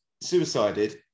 suicided